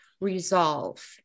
resolve